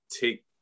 take